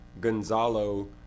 Gonzalo